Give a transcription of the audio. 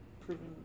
proven